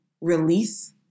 release